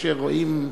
כאשר רואים,